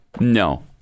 No